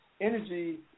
energy